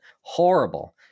horrible